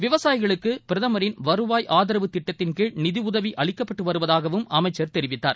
விவசாயிகளுக்கு பிரதமரின் வருவாய் ஆதரவு திட்டத்தின் கீழ் நிதி உதவி அளிக்கப்பட்டு வருவதாகவும் அமைச்சர் தெரிவித்தார்